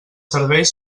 serveis